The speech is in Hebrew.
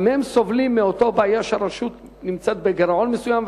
גם הם סובלים מאותה בעיה כשהרשות נמצאת בגירעון מסוים.